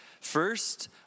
First